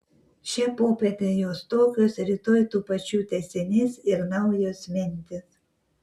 šią popietę jos tokios rytoj tų pačių tęsinys ir naujos mintys